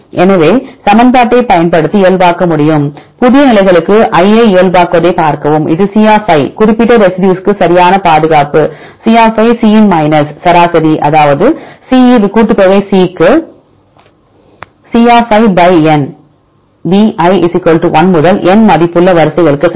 எனவே சமன்பாட்டைப் பயன்படுத்தி இயல்பாக்க முடியும் புதிய நிலைகளுக்கு I ஐ இயல்பாக்குவதைப் பார்க்கவும் இது C குறிப்பிட்ட ரெசிடியூஸ்த்தின் சரியான பாதுகாப்பு C C இன் மைனஸ் சராசரி C அதாவது இது C இது கூட்டுத்தொகை C க்கு C n the i 1 முதல் n மதிப்புள்ள வரிசைகளுக்கு சமம்